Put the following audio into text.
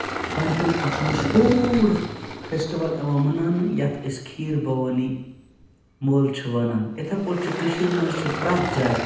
پنڈتَُن اَکھ مشہوٗر فیسٹِول یِوان مَناونہٕ یَتھ أسۍ کھیٖر بَوانی مٲلہٕ چھِ وَنان یِتھَے پٲٹھۍ چھِ کٔشیٖر مَنٛز چھِ پرٛٮ۪تھ جایہِ